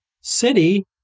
city